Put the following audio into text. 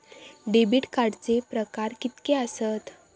Debit कार्डचे प्रकार कीतके आसत?